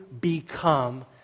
become